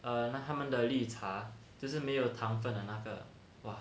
err 那他们的绿茶就是没有糖分的那个哇